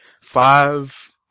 five